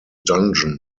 dungeon